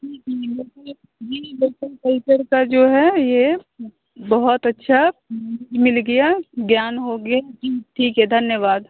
local culture का जो है ये बहुत अच्छा मिल गया ज्ञान हो गया जी ठीक है धन्यवाद